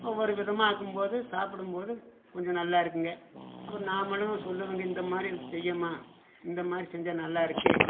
ஒவ்வொரு விதமா ஆக்கும் போது சாப்பிடும் போது கொஞ்சம் நல்லா இருக்கும்ங்க அப்புறம் நாமளும் சொல்லணும்ங்க இந்தமாதிரி செய்யிம்மா இந்தமாதிரி செஞ்சால் நல்லா இருக்கும்